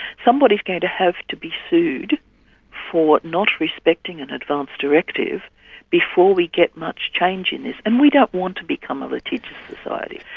somebody's going to have to be sued for not respecting an advance directive before we get much change in this. and we don't want to become a litigious society.